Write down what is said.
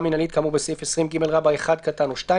מינהלית כאמור בסעיף 20ג(1) או (2)